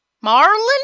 Marlin